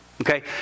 Okay